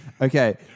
Okay